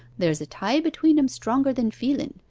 there's a tie between em stronger than feelen.